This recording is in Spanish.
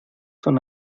son